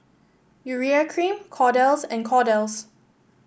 Urea Cream Kordel's and Kordel's